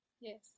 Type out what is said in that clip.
Yes